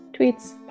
tweets